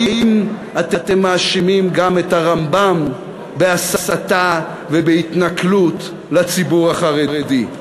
האם אתם מאשימים גם את הרמב"ם בהסתה ובהתנכלות לציבור החרדי?